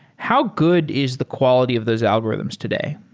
how good is the quality of those algorithms today?